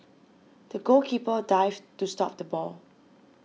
the goalkeeper dived to stop the ball